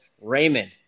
Raymond